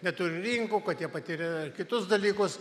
neturi rinkų kad jie patiria kitus dalykus